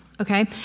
okay